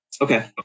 okay